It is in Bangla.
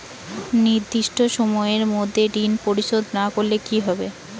নির্দিষ্ট সময়ে মধ্যে ঋণ পরিশোধ না করলে কি হবে?